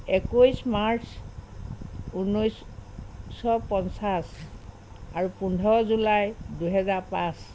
একৈছ মাৰ্চ ঊনৈছশ পঞ্চাছ আৰু পোন্ধৰ জুলাই দুহেজাৰ পাঁচ